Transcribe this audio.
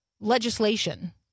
legislation